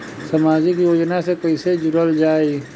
समाजिक योजना से कैसे जुड़ल जाइ?